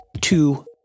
two